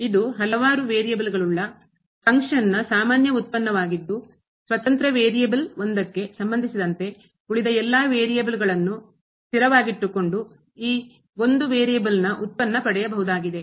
ಇದು ಹಲವಾರು ವೇರಿಯೇಬಲ್ ಅಸ್ಥಿರ ಗಳುಳ್ಳ ಫಂಕ್ಷನ್ನ ಕಾರ್ಯದ ಸಾಮಾನ್ಯ ಉತ್ಪನ್ನವಾಗಿದ್ದು ಸ್ವತಂತ್ರ ವೇರಿಯೇಬಲ್ ಅಸ್ಥಿರ ಒಂದಕ್ಕೆ ಸಂಬಂಧಿಸಿದಂತೆ ಉಳಿದ ಎಲ್ಲಾ ವೇರಿಯೇಬಗಳನ್ನು ಅಸ್ಥಿರಗಳನ್ನು ಸ್ಥಿರವಾಗಿಟ್ಟುಕೊಂಡು ಈ ಒಂದು ವೇರಿಯೇಬಲ್ನ ಉತ್ಪನ್ನ ಪಡೆಯಬಹುದಾಗಿದೆ